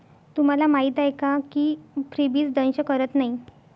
तुम्हाला माहीत आहे का की फ्रीबीज दंश करत नाही